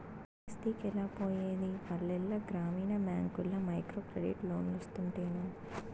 బస్తికెలా పోయేది పల్లెల గ్రామీణ బ్యాంకుల్ల మైక్రోక్రెడిట్ లోన్లోస్తుంటేను